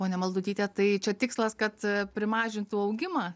ponia maldutyte tai čia tikslas kad primažintų augimą